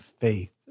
faith